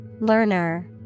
Learner